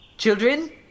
Children